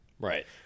Right